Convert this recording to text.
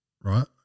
right